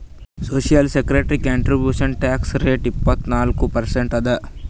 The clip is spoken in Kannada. social security contribution tax rate ಇಪ್ಪತ್ನಾಲ್ಕು ಪರ್ಸೆಂಟ್ ಅದ